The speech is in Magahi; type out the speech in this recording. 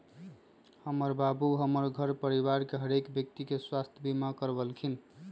हमर बाबू हमर घर परिवार के हरेक व्यक्ति के स्वास्थ्य बीमा करबलखिन्ह